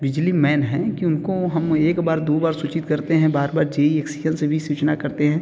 बिजली मैन हैं कि उनको हम एक बार दो बार सूचित करते हैं बार बार जे ई एक्सिएल से भी सूचना करते हैं